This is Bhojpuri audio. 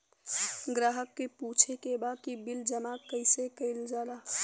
ग्राहक के पूछे के बा की बिल जमा कैसे कईल जाला?